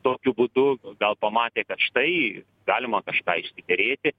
tokiu būdu gal pamatė kad štai galima kažką išsiderėti